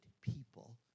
people